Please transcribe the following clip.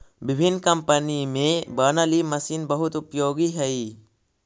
विभिन्न कम्पनी में बनल इ मशीन बहुत उपयोगी हई